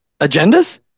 agendas